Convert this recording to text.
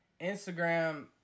Instagram